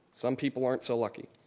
some people aren't so lucky.